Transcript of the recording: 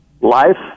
Life